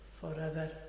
forever